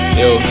yo